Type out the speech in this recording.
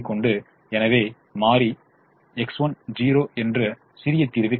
எனவே மாறி X1  என்ற சிறிய தீர்வை பெறுகிறது